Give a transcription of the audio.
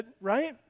Right